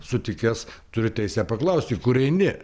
sutikęs turiu teisę paklaust į kur eini